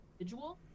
individual